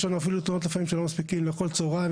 יש לנו אפילו תלונות לפעמים שלא מספיקים לאכול צוהריים.